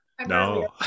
no